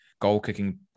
goal-kicking